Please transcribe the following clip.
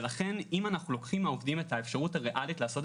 ולכן אם אנחנו לוקחים מהעובדים את האפשרות הריאלית לעשות